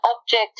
object